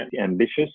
ambitious